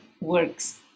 works